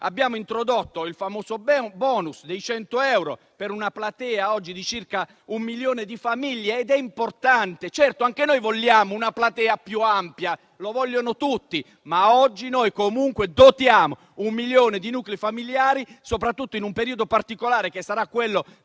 Abbiamo introdotto il famoso *bonus* dei 100 euro per una platea di circa un milione di famiglie. Si tratta di una misura importante. Certo, anche noi vogliamo una platea più ampia. La vogliono tutti. Oggi comunque dotiamo un milione di nuclei familiari, soprattutto in un periodo particolare, come quello